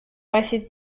récite